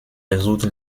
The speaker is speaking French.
résoudre